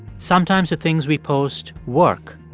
sometimes the things we post work,